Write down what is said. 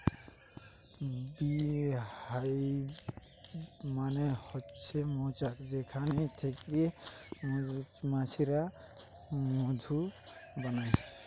bee hive মানে হচ্ছে মৌচাক যেখান থিকে মৌমাছিরা মধু বানায়